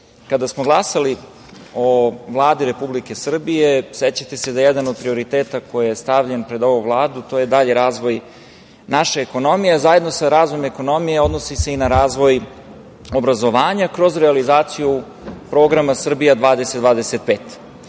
kada smo glasali o Vladi Republike Srbije sećate se da je jedan od prioriteta koji je stavljen pred ovu Vladu dalji razvoj naše ekonomije, a zajedno sa razvojem ekonomije odnosi se i na razvoj obrazovanja, kroz realizaciju Programa "Srbija